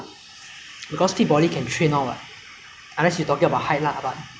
ah go gym or go workout at home to get a fit body but good looks is something that